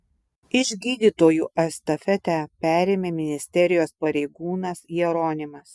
iš gydytojų estafetę perėmė ministerijos pareigūnas jeronimas